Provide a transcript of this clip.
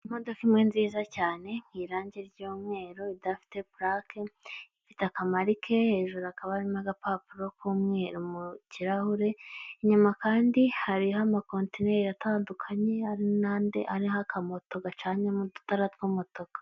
Imodoka imwe nziza cyane mwirange ryumweru idafite purake ifite akamarike hejuru hakaba harimo agapapuro kumweru mukirahure inyuma kandi hariho amakontineri atandukanye hari nandi ariho akamoto gacanyemo udutara twumutuku.